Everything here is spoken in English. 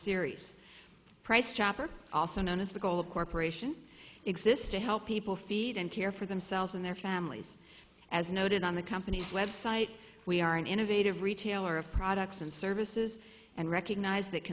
series price chopper also known as the gold corporation exist to help people feed and care for themselves and their families as noted on the company's website we are an innovative retailer of products and services and recognize that